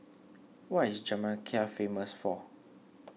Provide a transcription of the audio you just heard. what is Jamaica famous for